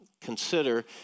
consider